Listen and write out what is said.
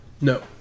No